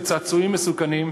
בנושא צעצועים מסוכנים,